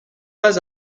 pas